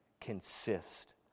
consist